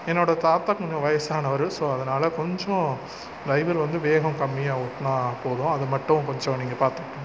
என்னோடய தாத்தா கொஞ்சம் வயசானவர் ஸோ அதனால் கொஞ்சம் டிரைவர் வந்து வேகம் கம்மியாக ஓட்டுனால் போதும் அது மட்டும் கொஞ்சம் நீங்கள் பார்த்துக்குங்க